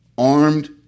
armed